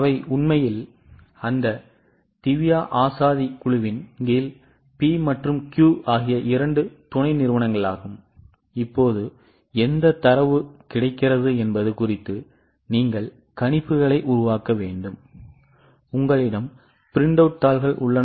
அவை உண்மையில் அந்த திவ்யா ஆஷாதி குழுவின் கீழ் P மற்றும் Q ஆகிய இரண்டு துணை நிறுவனங்களாகும் இப்போது எந்த தரவுகளும் கிடைக்கின்றன என்பது குறித்து நீங்கள் கணிப்புகளை உருவாக்க வேண்டும் உங்களிடம் பிரிண்ட் அவுட் தாளில் உள்ளன